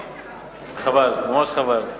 חבל, ממש חבל.